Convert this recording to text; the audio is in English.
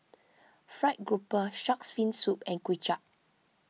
Fried Grouper Shark's Fin Soup and Kuay Chap